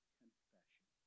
confession